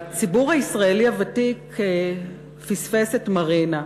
הציבור הישראלי הוותיק פספס את מרינה.